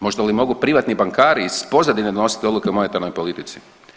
Možda li mogu privatni bankari iz pozadine donositi odluke o monetarnoj politici.